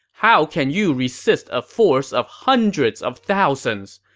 how can you resist a force of hundreds of thousands?